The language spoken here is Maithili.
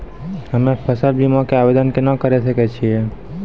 हम्मे फसल बीमा के आवदेन केना करे सकय छियै?